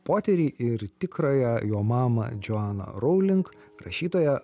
poterį ir tikrąją jo mamą džoaną rowling rašytoją